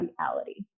reality